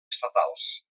estatals